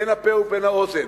בין הפה לבין האוזן,